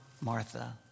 Martha